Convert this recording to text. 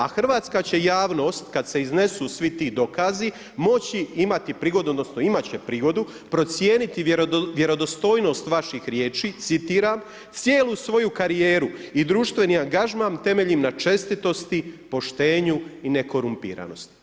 A hrvatska će javnost, kada se iznesu svi ti dokazi, moći imati prigodu, odnosno, imati će prigodu procijeniti vjerodostojnost vaših riječi, citiram, cijelu svoju karijeru i društveni angažman temeljena na čestitosti, poštenju i nekorumpiranosti.